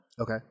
Okay